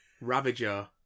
ravager